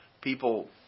people